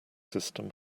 system